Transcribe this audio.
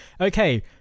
Okay